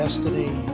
Destiny